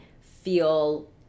feel